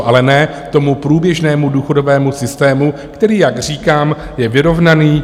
Ale ne díky tomu průběžnému důchodovému systému, který, jak říkám, je vyrovnaný.